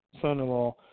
son-in-law